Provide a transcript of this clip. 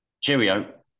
Cheerio